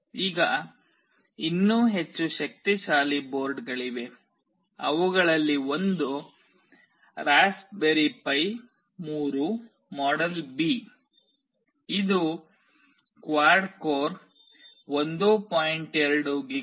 ಈಗ ಇನ್ನೂ ಹೆಚ್ಚು ಶಕ್ತಿಶಾಲಿ ಬೋರ್ಡ್ಗಳಿವೆ ಅವುಗಳಲ್ಲಿ ಒಂದು ರಾಸ್ಪ್ಬೆರಿ ಪೈ 3 ಮಾಡೆಲ್ ಬಿ ಇದು ಕ್ವಾಡ್ ಕೋರ್ 1